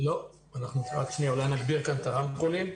אולי נגביר כאן את הרמקולים.